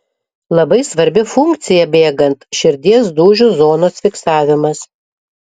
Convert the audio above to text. labai svarbi funkcija bėgant širdies dūžių zonos fiksavimas